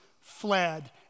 fled